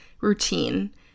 routine